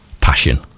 passion